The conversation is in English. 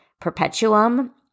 Perpetuum